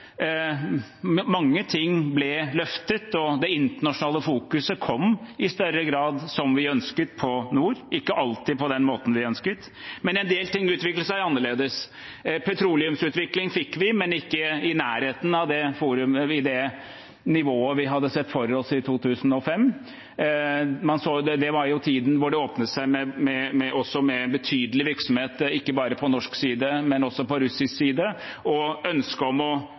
Mange ting ble løftet, og det internasjonale fokuset kom i større grad som vi ønsket, på nord, om ikke alltid på den måten vi ønsket, men en del ting utviklet seg annerledes. Petroleumsutvikling fikk vi, men ikke i nærheten av det nivået vi hadde sett for oss i 2005. Det var jo tiden da det åpnet seg en mulighet for betydelig virksomhet ikke bare på norsk, men også på russisk side. Ønsket om å